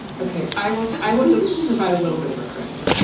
okay i will s i want to provide a little bit of a corrective